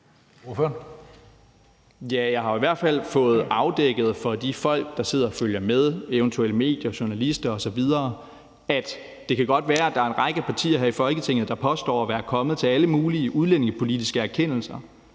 Jeg har i hvert fald fået afdækket for de folk, der sidder og følger med, eventuelt medier og journalister osv., at det kan godt være, at der er en række partier her i Folketinget, der påstår at være kommet til alle mulige udlændingepolitiske erkendelser,